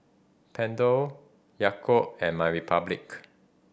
Pentel Yakult and MyRepublic